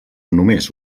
només